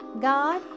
God